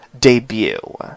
debut